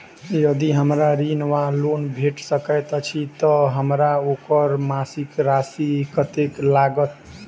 यदि हमरा ऋण वा लोन भेट सकैत अछि तऽ हमरा ओकर मासिक राशि कत्तेक लागत?